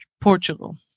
Portugal